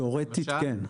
תיאורטית כן.